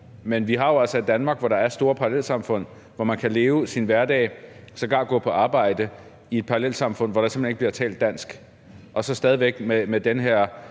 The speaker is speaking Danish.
men vi har jo altså et Danmark, hvor der er store parallelsamfund, hvor man kan leve sin hverdag og sågar gå på arbejde i et parallelsamfund, hvor der simpelt hen ikke bliver talt dansk, og så stadig væk med den her